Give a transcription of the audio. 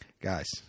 Guys